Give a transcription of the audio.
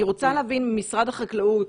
אני רוצה להבין ממשרד החקלאות,